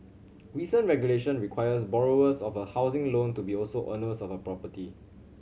recent regulation requires borrowers of a housing loan to also be owners of a property